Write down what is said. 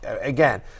Again